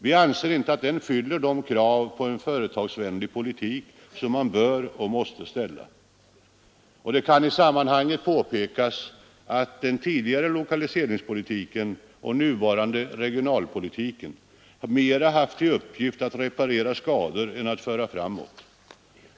Vi anser inte att den fyller de krav på en företagsvänlig politik som man bör och måste ställa. Det kan i sammanhanget påpekas att den tidigare lokaliseringspolitiken och den nuvarande regionalpolitiken mera haft till uppgift att reparera skador än att föra framåt.